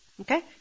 Okay